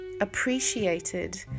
appreciated